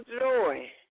joy